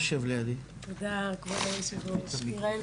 תודה כבוד יושב הראש, תירא-אל